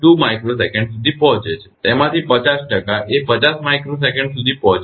2 𝜇𝑠 સુધી પહોંચે છે અને તેમાંથી 50 ટકા એ 50 𝜇𝑠 સુધી પહોંચે છે